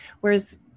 Whereas